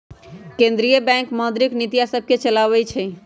केंद्रीय बैंक मौद्रिक नीतिय सभके चलाबइ छइ